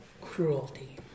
cruelty